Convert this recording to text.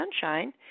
Sunshine